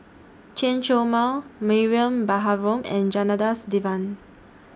Chen Show Mao Mariam Baharom and Janadas Devan